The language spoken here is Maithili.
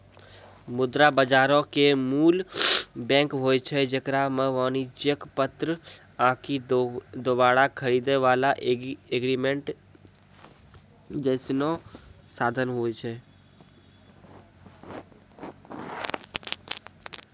मुद्रा बजारो के मूल बैंक होय छै जेकरा मे वाणिज्यक पत्र आकि दोबारा खरीदै बाला एग्रीमेंट जैसनो साधन होय छै